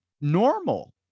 normal